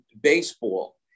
baseball